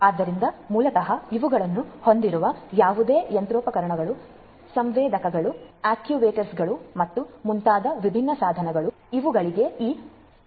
ಆದ್ದರಿಂದ ಮೂಲತಃ ಇವುಗಳನ್ನು ಹೊಂದಿರುವ ಯಾವುದೇ ಯಂತ್ರೋಪಕರಣಗಳು ಸಂವೇದಕಗಳು ಆಕ್ಯೂವೇಟರ್ಗಳು ಮತ್ತು ಮುಂತಾದ ವಿಭಿನ್ನ ಸಾಧನಗಳು ಇವುಗಳಿಗೆ ಈ ಸಂವೇದಕಗಳನ್ನು ಅಳವಡಿಸಲಾಗಿದೆ